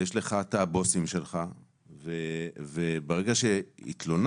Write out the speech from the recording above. יש לך את הבוסים שלך וברגע שהתלוננת,